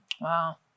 Wow